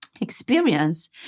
experience